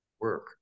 work